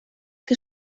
que